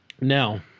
Now